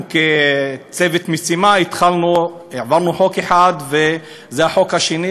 כצוות משימה העברנו חוק אחד וזה החוק השני,